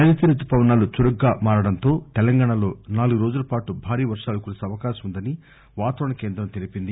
నైరుతి రుతుపవనాలు చురుగ్గా మారడంతో తెలంగాణలో నాలుగురోజుల పాటు భారీ వర్వాలు కురిసే అవకాశం వుందని వాతావరణ కేంద్రం తెలిపింది